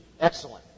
excellent